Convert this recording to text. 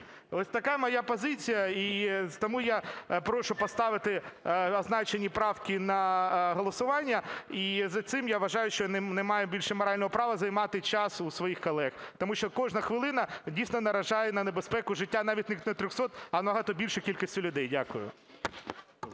Ось така моя позиція. І тому я прошу поставити означені правки на голосування, і за цим я вважаю, що немає більше морального права займати час у своїх колег. Тому що кожна хвилина дійсно наражає на небезпеку життя навіть не 300, а набагато більшої кількості людей. Дякую.